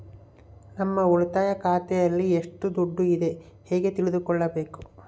ನಮ್ಮ ಉಳಿತಾಯ ಖಾತೆಯಲ್ಲಿ ಎಷ್ಟು ದುಡ್ಡು ಇದೆ ಹೇಗೆ ತಿಳಿದುಕೊಳ್ಳಬೇಕು?